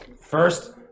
First